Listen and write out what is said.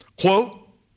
quote